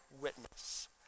witness